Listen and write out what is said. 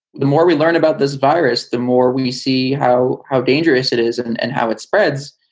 the more we learn about this virus, the more we see how how dangerous it is and and how it spreads.